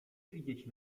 widzieć